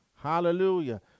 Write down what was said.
Hallelujah